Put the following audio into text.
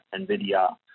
NVIDIA